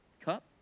cup